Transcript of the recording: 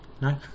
No